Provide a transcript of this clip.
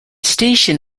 station